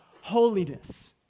holiness